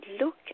look